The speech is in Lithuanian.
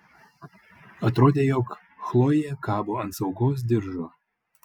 atrodė jog chlojė kabo ant saugos diržo